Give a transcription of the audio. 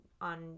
on